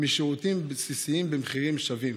משירותים בסיסיים במחירים שווים.